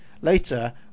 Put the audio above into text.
Later